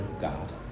God